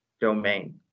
domain